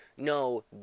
No